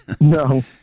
No